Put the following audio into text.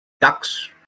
ducks